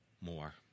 more